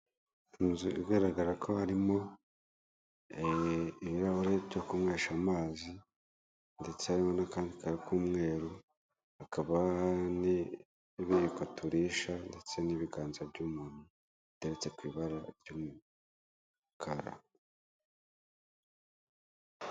Inzu igaragara ko harimo ibirahure byo kunywesha amazi ndetse hariho n'akandi kantu k'umweru hakaba n'ibiyiko turisha ndetse n'ibiganza by'umuntu biteretse ku ibara ry'umukara.